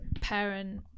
parent